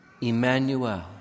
Emmanuel